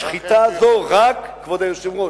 השחיטה הזו רק" כבוד היושב-ראש,